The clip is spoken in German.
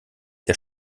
der